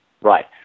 Right